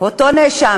אותו נאשם,